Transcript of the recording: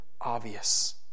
obvious